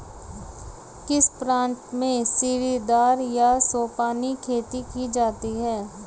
किस प्रांत में सीढ़ीदार या सोपानी खेती की जाती है?